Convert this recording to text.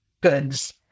goods